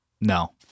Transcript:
no